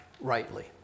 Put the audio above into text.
rightly